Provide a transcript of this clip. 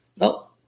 No